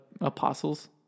apostles